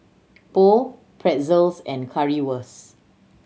Pho Pretzels and Currywurst